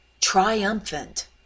triumphant